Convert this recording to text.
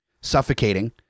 suffocating